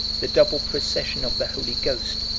the double procession of the holy ghost,